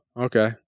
okay